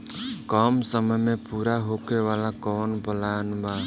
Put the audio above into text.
कम समय में पूरा होखे वाला कवन प्लान बा?